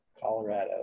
colorado